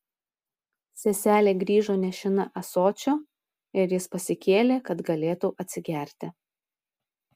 seselė grįžo nešina ąsočiu ir jis pasikėlė kad galėtų atsigerti